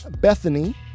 Bethany